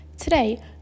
Today